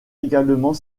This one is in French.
également